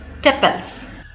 tepals